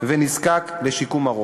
ונזקק לשיקום ארוך.